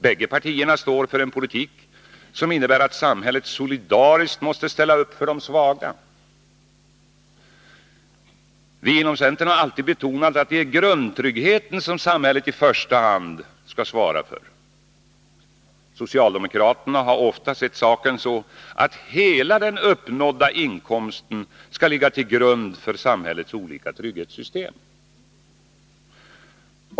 Bägge partierna står för en politik som innebär att samhället solidariskt måste ställa upp för de svaga. Vi inom centern har alltid betonat att det är grundtryggheten som samhället i första hand skall svara för. Socialdemokraterna har ofta sett saken så, att hela den uppnådda inkomsten skall ligga till grund för samhällets olika trygghetssystem.